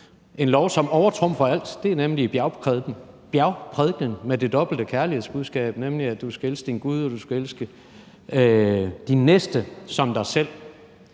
en lov, som overtrumfer alt, nemlig Bjergprædikenen med det dobbelte kærlighedsbudskab om, at du skal elske din gud, og du skal elske din næste som dig selv.